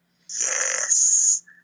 Yes